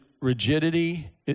rigidity